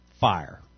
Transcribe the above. fire